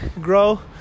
grow